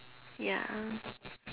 ya